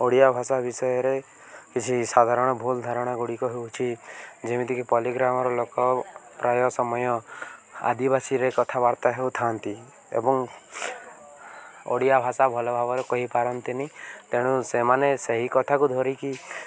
ଓଡ଼ିଆ ଭାଷା ବିଷୟରେ କିଛି ସାଧାରଣ ଭୁଲ ଧାରଣା ଗୁଡ଼ିକ ହେଉଛି ଯେମିତିକି ପଲିଗ୍ରାମର ଲୋକ ପ୍ରାୟ ସମୟ ଆଦିବାସୀରେ କଥାବାର୍ତ୍ତା ହେଉଥାନ୍ତି ଏବଂ ଓଡ଼ିଆ ଭାଷା ଭଲ ଭାବରେ କହିପାରନ୍ତିନି ତେଣୁ ସେମାନେ ସେହି କଥାକୁ ଧରିକି